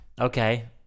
okay